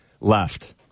left